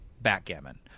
backgammon